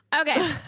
Okay